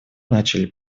начали